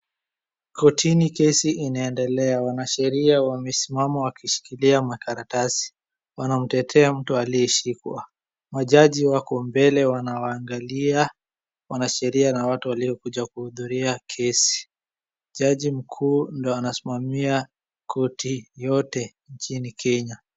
Kortini kesi inaendelea, wanasheria wamesimama wakishikilia makaratasi. Wanamtetea mtu aliyeshikwa ,majaji wako mbele wanawaangalia wanasheria na watu waliokuja kuhudhulia kesi. Jaji mkuu ndio anasimamia korti yote nchini Kenya.